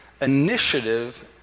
initiative